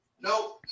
No